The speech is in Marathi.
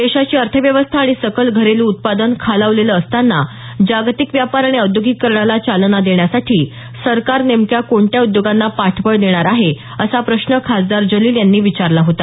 देशाची अर्थव्यवस्था आणि सकल घरेलू उत्पादन खालावलेलं असताना जागतिक व्यापार आणि औद्योगिकीकरणाला चालना देण्यासाठी सरकार नेमक्या कोणत्या उद्योगांना पाठबळ देणार आहे असा प्रश्न खासदार जलील यांनी विचारला होता